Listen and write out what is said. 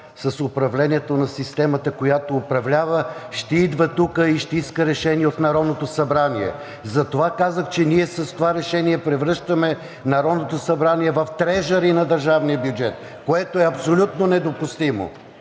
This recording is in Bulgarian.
с управлението на системата, която управлява, ще идва тук и ще иска решение от Народното събрание. Затова казах, че ние с това решение превръщаме Народното събрание в трежъри на държавния бюджет, което е абсолютно недопустимо,